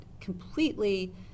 completely